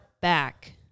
back